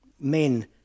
men